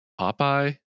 Popeye